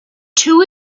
two